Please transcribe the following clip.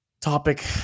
topic